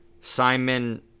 Simon